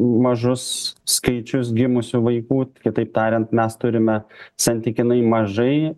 mažus skaičius gimusių vaikų kitaip tariant mes turime santykinai mažai